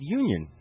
union